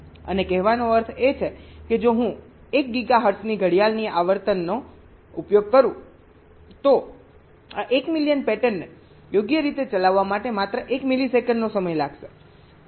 અને કહેવાનો અર્થ એ છે કે જો હું 1 ગીગાહર્ટ્ઝની ઘડિયાળની આવર્તનનો ઉપયોગ કરું તો આ 1 મિલિયન પેટર્નને યોગ્ય રીતે ચલાવવા માટે માત્ર 1 મિલિસેકન્ડનો સમય લાગશે